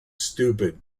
stupid